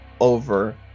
over